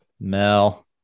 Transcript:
Mel